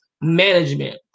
management